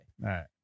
right